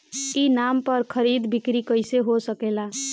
ई नाम पर खरीद बिक्री कैसे हो सकेला?